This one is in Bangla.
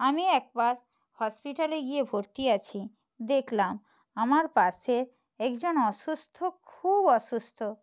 আমি একবার হসপিটালে গিয়ে ভর্তি আছি দেখলাম আমার পাশে একজন অসুস্থ খুব অসুস্থ